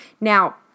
Now